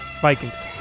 Vikings